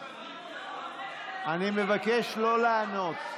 אני מבקש לא לענות.